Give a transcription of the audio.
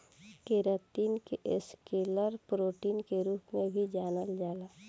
keratin के scleral protein के रूप में भी जानल जाला